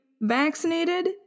vaccinated